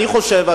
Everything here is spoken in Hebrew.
אני חושב,